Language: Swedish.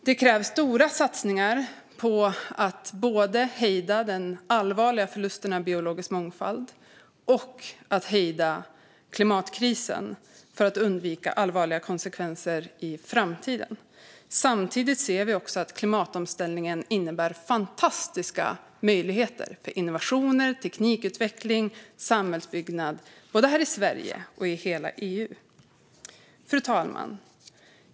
Det krävs stora satsningar på att både hejda den allvarliga förlusten av biologisk mångfald och hejda klimatkrisen för att undvika allvarliga konsekvenser i framtiden. Samtidigt ser vi att klimatomställningen innebär fantastiska möjligheter för innovationer, teknikutveckling och samhällsbyggnad, både här i Sverige och i hela EU. Fru talman!